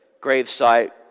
gravesite